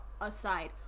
aside